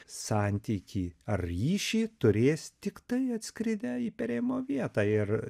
santykį ar ryšį turės tiktai atskridę į perėjimo vietą ir